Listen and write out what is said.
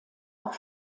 auch